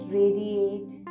radiate